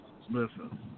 Listen